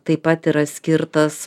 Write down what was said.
taip pat yra skirtas